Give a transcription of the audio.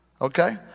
Okay